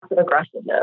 aggressiveness